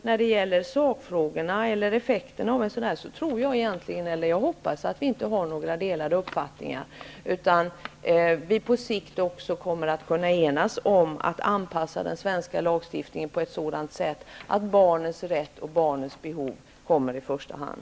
När det gäller sakfrågorna hoppas jag att vi inte har några delade meningar utan att vi på sikt kommer att kunna enas om att anpassa den svenska lagstiftningen på ett sådant sätt att barnens rätt och barnens behov kommer i första hand.